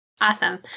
Awesome